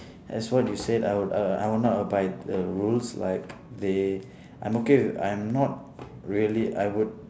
as what you said I would err I would not abide to the rules like they I'm okay I'm not really I would